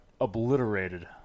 obliterated